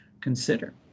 consider